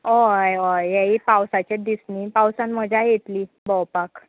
हय हय येय पावसाचे दीस न्ही पावसान मजा येतली भोंवपाक